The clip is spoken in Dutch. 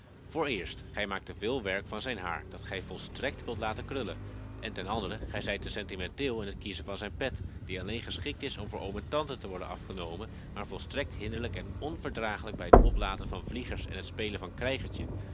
gij maakt te veel werk van zijn haar dat gij volstrekt wilt laten krullen en ten andere gij zijt te sentimenteel in het kiezen van zijn pet die alleen geschikt is om voor oom en tante te worden afgenomen maar volstrekt hinderlijk en onverdragelijk bij het oplaten van vliegers en het spelen van